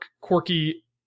quirky